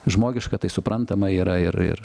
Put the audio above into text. žmogiška tai suprantama yra ir ir